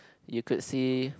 you could see